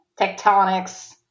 tectonics